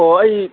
ꯑꯣ ꯑꯩ